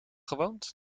gewoond